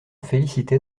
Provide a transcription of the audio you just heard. félicitait